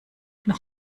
noch